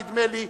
נדמה לי,